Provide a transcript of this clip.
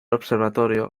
observatorio